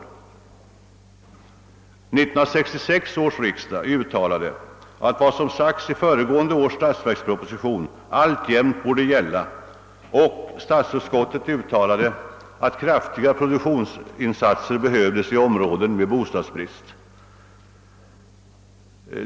1966 års riksdag uttalade att vad som sagts i föregående års statsverksproposition alltjämt borde gälla, och statsutskottet framhöll att kraftiga produktionsinsatser behövdes i områden med bostadsbrist.